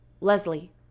Leslie